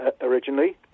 originally